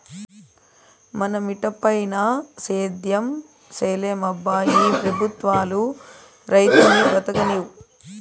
మన మిటపైన సేద్యం సేయలేమబ్బా ఈ పెబుత్వాలు రైతును బతుకనీవు